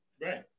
right